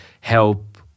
help